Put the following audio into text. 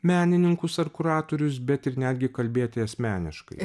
menininkus ar kuratorius bet ir netgi kalbėti asmeniškai